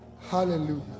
Hallelujah